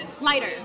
Lighter